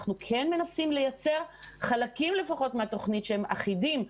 אנחנו כן מנסים לייצר חלקים לפחות מהתוכנית שהם אחידים,